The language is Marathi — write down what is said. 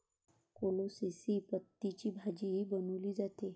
कोलोसेसी पतींची भाजीही बनवली जाते